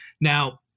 Now